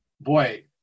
Boy